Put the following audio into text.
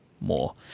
more